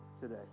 today